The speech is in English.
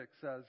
says